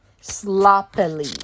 sloppily